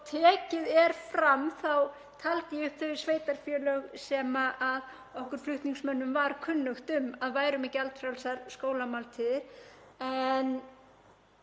tekið er fram þá taldi ég upp þau sveitarfélög sem okkur flutningsmönnum var kunnugt um að væru með gjaldfrjálsar skólamáltíðir.